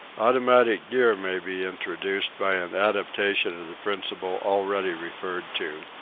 automatic gear may be introduced by an adaptation of the principle already referred to.